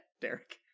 Derek